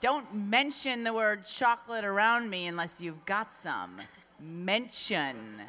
don't mention the word chocolate around me unless you got some mention